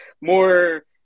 more